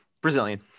brazilian